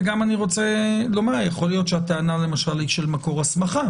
אני גם רוצה לומר שיכול להיות שהטענה למשל היא של מקור הסמכה